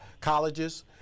colleges